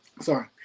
Sorry